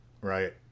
right